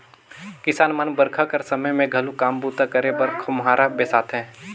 किसान मन बरिखा कर समे मे घलो काम बूता करे बर खोम्हरा बेसाथे